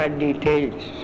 details